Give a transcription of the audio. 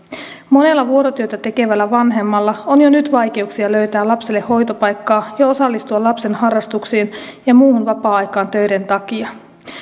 monella vuorotyötä tekevällä vanhemmalla on jo nyt vaikeuksia löytää lapselle hoitopaikkaa ja osallistua lapsen harrastuksiin ja muuhun vapaa aikaan töiden takia